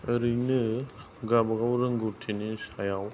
ओरैनो गावबा गाव रोंगौथिनि सायाव